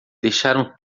deixaram